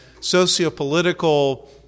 sociopolitical